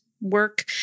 work